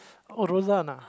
oh Rozan ah